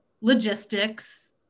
logistics